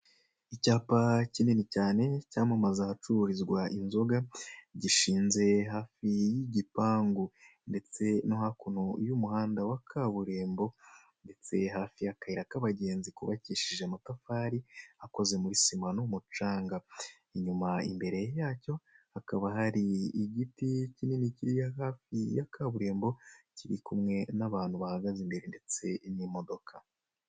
Icyapa kinini cyane cyamamaza ahacururizwa inzoga, gishinze hafi y'igipangu ndetse no hakuno y'umuhanda wa kaburimbo, ndetse hafi y'akayira k'abagenzi kubabakishije amatafari akoze muri sima n'umucanga. Inyuma, imbere yacyo hakaba hari igiti kinini kiri hafi ya kaburimbo, kiri kumwe n'abantu bahagaze imbere ndetse n'imodoka.